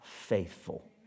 faithful